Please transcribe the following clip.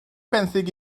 benthyg